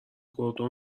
گردن